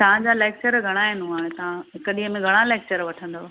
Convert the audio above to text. तव्हां जा लेक्चर घणा आहिनि हूअं तव्हां हिकु ॾींहुं घणा लेक्चर वठंदव